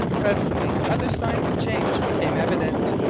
presently other signs of change became evident.